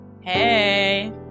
Hey